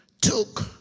took